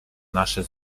nasze